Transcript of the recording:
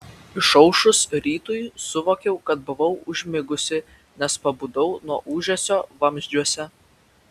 išaušus rytui suvokiau kad buvau užmigusi nes pabudau nuo ūžesio vamzdžiuose